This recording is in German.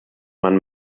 man